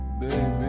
baby